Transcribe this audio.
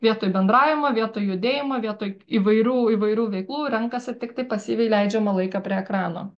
vietoj bendravimo vietoj judėjimo vietoj įvairių įvairių veiklų renkasi tiktai pasyviai leidžiamą laiką prie ekrano